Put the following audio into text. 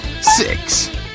six